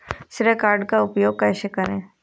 श्रेय कार्ड का उपयोग कैसे करें?